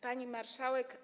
Pani Marszałek!